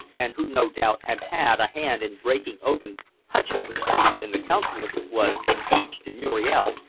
and who, no doubt, had had a hand in breaking open hutcheson's safe in the consulate was engaged to muriel,